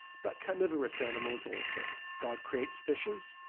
but car niverous animals also. god creates fishes,